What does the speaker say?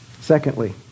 Secondly